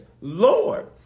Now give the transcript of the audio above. Lord